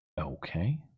Okay